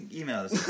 emails